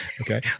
Okay